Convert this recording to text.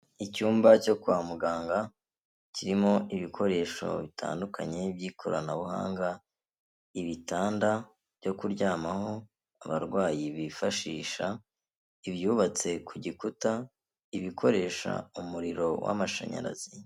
Icyumba cyo kwa muganga kirimo ibikoresho bitandukanye by'ikoranabuhanga, ibitanda byo kuryamaho abarwayi bifashisha, ibyubatse ku gikuta, ibikoresha umuriro w'amashanyarazi...